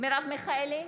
מרב מיכאלי,